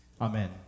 Amen